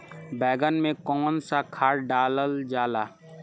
बैंगन में कवन सा खाद डालल जाला?